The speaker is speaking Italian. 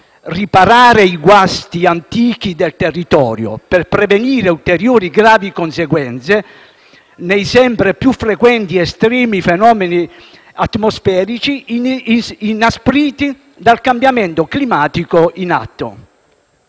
riparare i guasti antichi del territorio per prevenire ulteriori gravi conseguenze nei sempre più frequenti estremi fenomeni atmosferici inaspriti dal cambiamento climatico in atto.